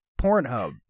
PornHub